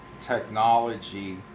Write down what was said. technology